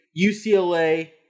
UCLA